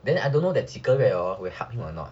then I don't know that 几个月 will help him or not